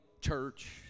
church